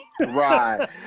Right